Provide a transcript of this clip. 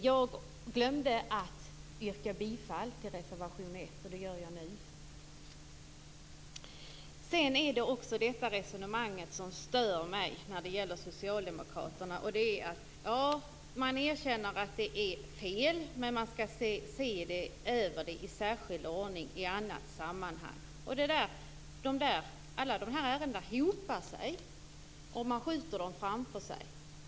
Jag glömde att yrka bifall till reservation 1, och det gör jag nu. När det gäller socialdemokraterna stör det resonemanget mig att man erkänner att det är fel, men man säger att det skall ses över i särskild ordning i annat sammanhang. Alla de här ärendena hopar sig, man skjuter dem framför sig.